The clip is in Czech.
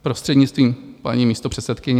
Prostřednictvím paní místopředsedkyně.